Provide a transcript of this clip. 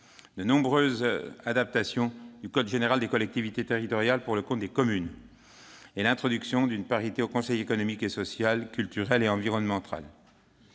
de nombreuses adaptations du code général des collectivités territoriales pour ce qui concerne les communes et la parité au Conseil économique, social, et culturel et environnemental.